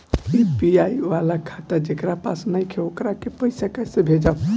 UPI वाला खाता जेकरा पास नईखे वोकरा के पईसा कैसे भेजब?